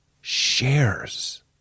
shares